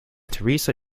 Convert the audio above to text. teresa